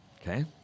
Okay